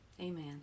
amen